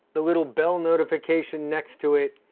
the little bell notification next to it.